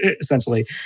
essentially